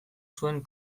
zuen